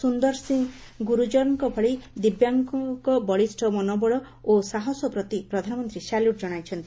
ସୁନ୍ଦର ସିଂ ଗୁର୍ଜରଙ୍କ ଭଳି ଦିବ୍ୟାଙ୍ଗଙ୍କ ବଳିଷ ମନୋବଳ ଓ ସାହସ ପ୍ରତି ପ୍ରଧାନମନ୍ତୀ ସାଲ୍ୟଟ୍ ଜଣାଇଛନ୍ତି